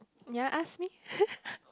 ya ask me